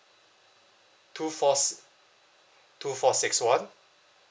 two four s~ two four six one